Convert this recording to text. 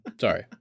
Sorry